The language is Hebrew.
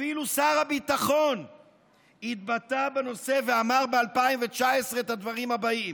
אפילו שר הביטחון התבטא בנושא ואמר ב-2019 את הדברים הבאים: